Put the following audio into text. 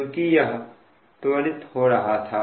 क्योंकि यह त्वरित हो रहा था